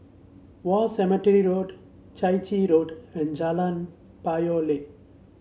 War Cemetery Road Chai Chee Road and Jalan Payoh Lai